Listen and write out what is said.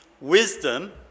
wisdom